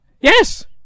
Yes